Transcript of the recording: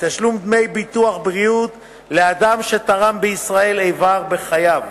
מתשלום דמי ביטוח בריאות לאדם שתרם בישראל איבר בחייו